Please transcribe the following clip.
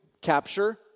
capture